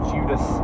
Judas